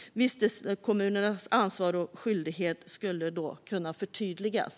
Vistelsekommunernas ansvar och skyldigheter skulle kunna förtydligas.